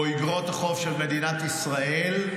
או אגרות החוב של מדינת ישראל,